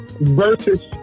versus